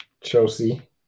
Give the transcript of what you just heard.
Chelsea